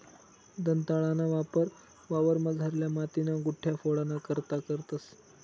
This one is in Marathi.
दंताळाना वापर वावरमझारल्या मातीन्या गुठया फोडाना करता करतंस